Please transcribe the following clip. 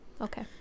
Okay